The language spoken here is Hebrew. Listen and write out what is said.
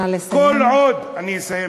כל עוד, נא לסיים.